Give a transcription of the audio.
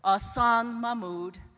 ah hassan mahmud,